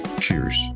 Cheers